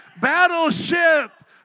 Battleship